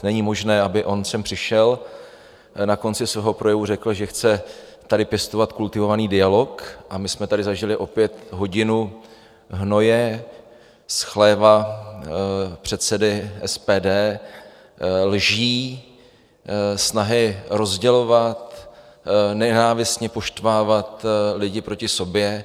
Není možné, aby on sem přišel, na konci svého projevu řekl, že chce tady pěstovat kultivovaný dialog, a my jsme tady zažili opět hodinu hnoje z chléva předsedy SPD, lží, snahy rozdělovat, nenávistně poštvávat lidi proti sobě.